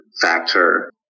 factor